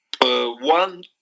one